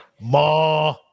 Ma